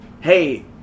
Hey